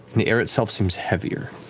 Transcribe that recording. and the air itself seems heavier.